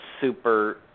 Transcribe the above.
super